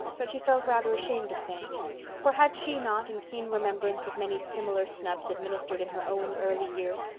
but she felt rather ashamed of saying it for had she not, in keen remembrance of many similar snubs administered in her own early years,